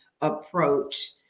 approach